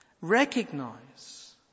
Recognize